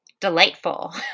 delightful